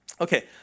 Okay